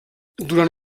durant